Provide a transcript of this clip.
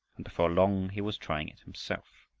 and before long he was trying it himself.